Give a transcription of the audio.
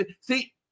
See